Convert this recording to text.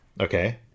okay